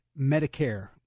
Medicare